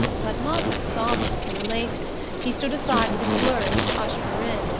but moffatt was obviously elated he stood aside with a flourish to usher her in,